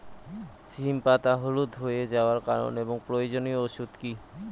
সিম পাতা হলুদ হয়ে যাওয়ার কারণ এবং প্রয়োজনীয় ওষুধ কি?